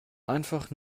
einfach